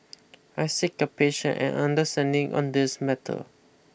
I seek your patience and understanding on this matter